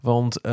Want